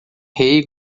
rei